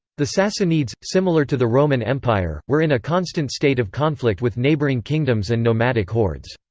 the sassanids, similar to the roman empire, were in a constant state of conflict with neighboring kingdoms and nomadic hordes.